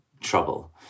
trouble